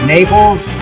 Naples